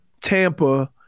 Tampa